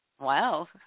Wow